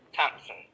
Thompson